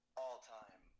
all-time